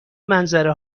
منظره